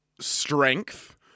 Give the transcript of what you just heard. Strength